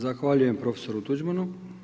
Zahvaljujem profesoru Tuđmanu.